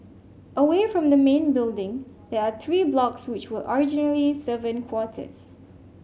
away from the main building there are three blocks which were originally servant quarters